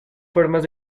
formas